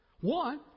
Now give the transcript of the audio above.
One